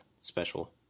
special